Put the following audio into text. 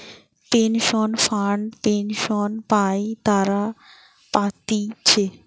pension fund pension পাই তারা পাতিছে